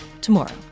tomorrow